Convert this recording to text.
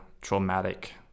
traumatic